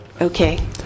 Okay